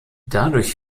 dadurch